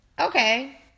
Okay